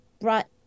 brought